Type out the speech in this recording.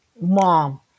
mom